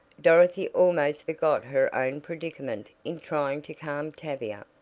dorothy almost forgot her own predicament in trying to calm tavia.